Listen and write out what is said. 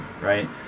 right